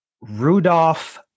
Rudolph